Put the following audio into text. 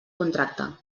contracte